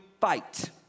fight